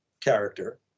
character